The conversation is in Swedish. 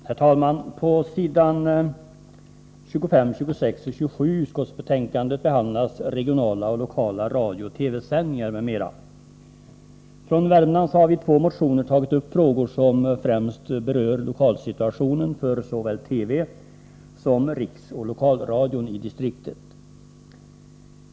Herr talman! På ss. 25-27 i utskottsbetänkandet behandlas regionala och lokala radiooch TV-sändningar m.m. Från Värmland har vi i två motioner tagit upp frågor som främst berör lokalsituationen för såväl TV som Riksoch Lokalradion i distriktet.